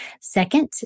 second